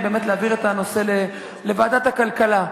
היא באמת להעביר את הנושא לוועדת הכלכלה.